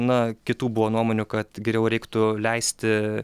na kitų buvo nuomonių kad geriau reiktų leisti